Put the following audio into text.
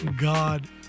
God